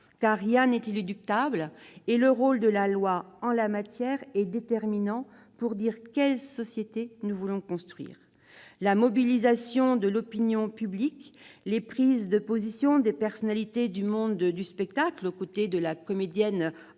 Rien n'est inéluctable, et l'intervention de la loi en la matière est déterminante pour signifier quelle société nous voulons construire. La mobilisation de l'opinion publique, les prises de position de personnalités du monde du spectacle, aux côtés de la comédienne Andréa